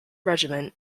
regiment